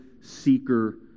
seeker